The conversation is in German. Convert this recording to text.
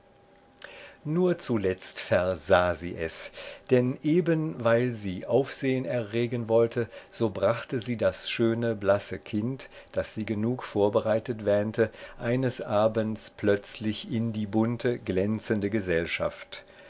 nur zuletzt versah sie es denn eben weil sie aufsehn erregen wollte so brachte sie das schöne blasse kind das sie genug vorbereitet wähnte eines abends plötzlich in die bunte glänzende gesellschaft